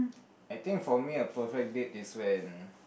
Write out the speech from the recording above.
I think for me a perfect date is when